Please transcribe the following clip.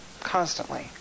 constantly